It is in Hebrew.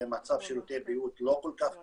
מצב שירותי הבריאות לא כל כך טוב.